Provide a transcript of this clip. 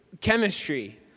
Chemistry